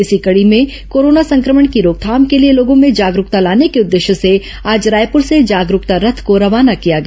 इसी कड़ी में कोरोना संक्रमण की रोकथाम के लिए लोगों में जागरूकता लाने के उद्देश्य से आज रायपुर से जागरूकता रथ को रवाना किया गया